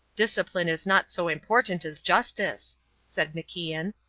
discipline is not so important as justice, said macian.